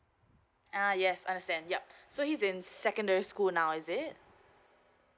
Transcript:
uh yes understand yup so he's in secondary school now is it